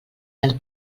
del